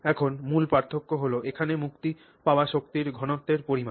এখন মূল পার্থক্য হল এখানে মুক্তি পাওয়া শক্তির ঘনত্বের পরিমাণ